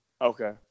Okay